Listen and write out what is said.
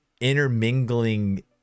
intermingling